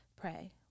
pray